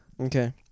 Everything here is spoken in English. Okay